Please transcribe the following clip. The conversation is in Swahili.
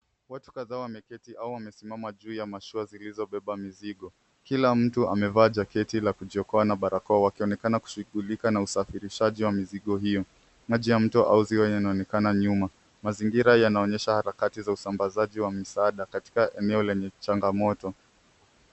Watu kadhaa wameketi au wamesimama juu ya mashua zilizobeba mizigo. Kila mtu amevaa jaketi la kujiokoa na barakoa wakionekana kushugulika na usafirishaji wa mizigo hiyo. maji ya mto au ziwa linaonekana nyuma. Mazingira yanaonyesha harakati za usambazaji wa misaada katika eneo lenye changamoto.